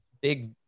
big